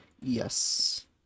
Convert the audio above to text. yes